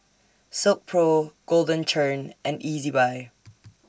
Silkpro Golden Churn and Ezbuy